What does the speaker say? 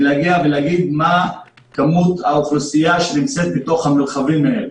להגיע ולהגיד מה כמות האוכלוסייה שנמצאת בתוך המרחבים האלה.